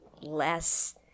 less